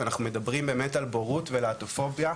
אנחנו מדברים באמת על בורות ולהט"בופוביה,